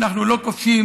אנחנו לא כובשים,